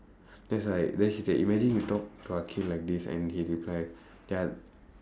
then it's like then she said imagine you talk to akhil like this and he reply their